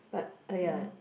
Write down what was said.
but !aiya!